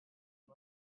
mon